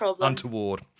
untoward